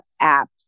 app